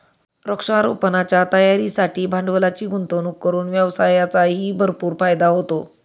वृक्षारोपणाच्या तयारीसाठी भांडवलाची गुंतवणूक करून व्यवसायाचाही भरपूर फायदा होतो